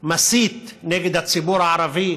מסית נגד הציבור הערבי,